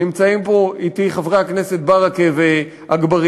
נמצאים אתי פה חברי הכנסת ברכה ואגבאריה,